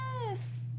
yes